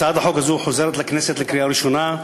הצעת החוק הזאת חוזרת לכנסת לקריאה ראשונה.